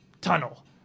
tunnel